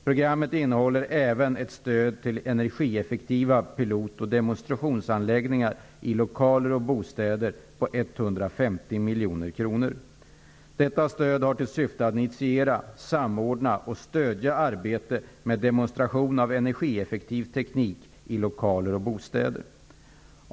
Programmet innehåller även ett stöd till energieffektiva pilot och demonstrationsanläggningar i lokaler och bostäder på 150 miljoner kronor. Detta stöd har till syfte att initiera, samordna och stödja arbete med demonstration av energieffektiv teknik i lokaler och bostäder.